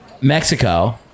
Mexico